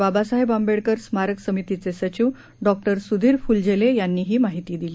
बाबासाहेब आंबेडकर स्मारक समितीचे सचिव डॉ सुधीर फुलझेले यांनी ही माहिती दिली